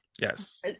Yes